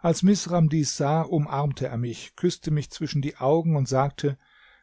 als misram dies sah umarmte er mich küßte mich zwischen die augen und sagte